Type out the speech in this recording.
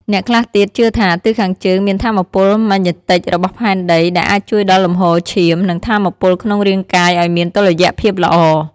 អ្នកខ្លះទៀតជឿថា ទិសខាងជើងមានថាមពលម៉ាញេទិចរបស់ផែនដី ដែលអាចជួយដល់លំហូរឈាម និងថាមពលក្នុងរាងកាយឱ្យមានតុល្យភាពល្អ។